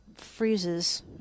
freezes